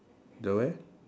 the where